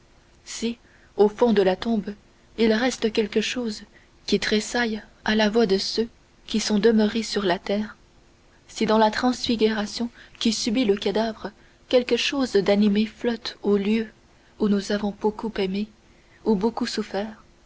si au fond de la tombe il reste quelque chose de nous qui tressaille à la voix de ceux qui sont demeurés sur la terre si dans la transfiguration que subit le cadavre quelque chose d'animé flotte aux lieux où nous avons beaucoup aimé ou beaucoup souffert